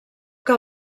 que